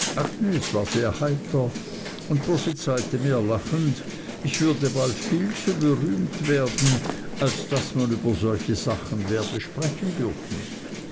war sehr heiter und prophezeite mir lachend ich würde bald viel zu berühmt werden als daß man über solche sachen werde sprechen dürfen